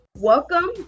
Welcome